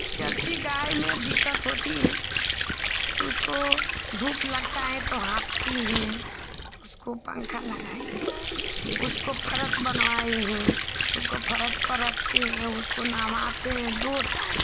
तो ज़र्सी गाय में दिक्कत होती है कि उसको धूप लगती है तो हाँफ़ती हैं तो उसको पन्खा लगाइए उसको फरश बनवाए हैं उसको फरश पर रखते हैं उसको नहलाते हैं दो टाइम